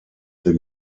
der